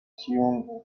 tune